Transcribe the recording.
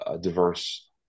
diverse